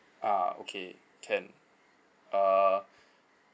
ah okay can uh